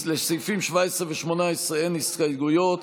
לסעיפים 17 18 אין הסתייגויות.